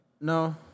No